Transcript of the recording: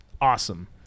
awesome